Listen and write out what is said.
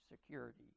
security